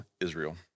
Israel